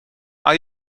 are